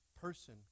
person